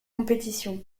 compétition